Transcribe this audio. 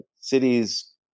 Cities